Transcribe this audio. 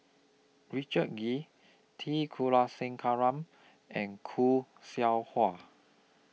Richard Kee T Kulasekaram and Khoo Seow Hwa